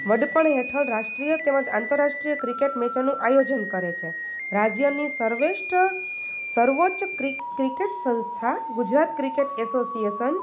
વડપણ હેઠળ રાષ્ટ્રીય તેમજ આંતરાષ્ટ્રીય ક્રિકેટ મેચોનું આયોજન કરે છે રાજ્યની સર્વેસ્ઠ સર્વોચ્ચ ક્રિકેટ સંસ્થા ગુજરાત ક્રિકેટ એસોસીએસન